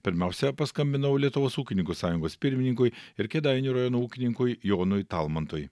pirmiausia paskambinau lietuvos ūkininkų sąjungos pirmininkui ir kėdainių rajono ūkininkui jonui talmantui